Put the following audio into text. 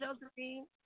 Josephine